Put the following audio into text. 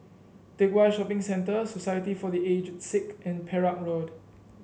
Teck Whye Shopping Centre Society for The Aged Sick and Perak Road